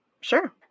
sure